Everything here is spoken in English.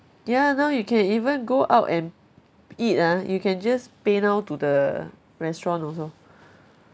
ya now you can even go out and eat ah you can just paynow to the restaurant also